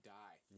die